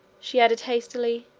she added hastily.